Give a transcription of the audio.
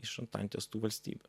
iš antantės tų valstybių